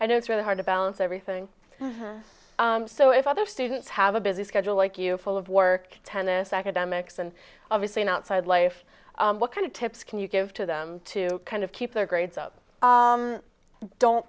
and it's really hard to balance everything so if other students have a busy schedule like you full of work tennis academics and obviously an outside life what kind of tips can you give to them to kind of keep their grades up don't